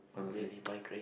ready my grade